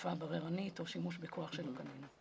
האכיפה הבררנית או שימוש בכח שלא כדין.